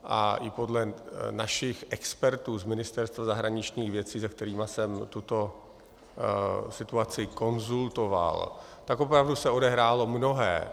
A i podle našich expertů z Ministerstva zahraničních věcí, se kterými jsem tuto situaci konzultoval, se opravdu odehrálo mnohé.